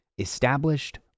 Established